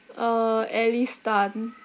uh alice tan